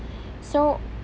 so